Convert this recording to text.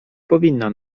powinna